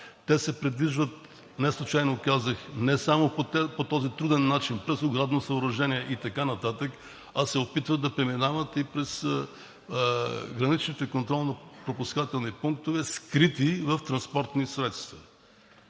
Те се придвижват, неслучайно казах, не само по този труден начин през оградното съоръжение и така нататък, а се опитват да преминават и през граничните контролно-пропускатени пунктове, скрити в транспорти средства,